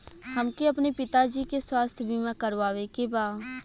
हमके अपने पिता जी के स्वास्थ्य बीमा करवावे के बा?